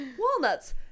walnuts